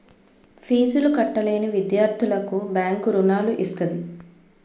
ఫీజులు కట్టలేని విద్యార్థులకు బ్యాంకు రుణాలు ఇస్తది